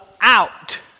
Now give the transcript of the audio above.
out